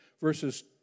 verses